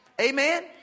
Amen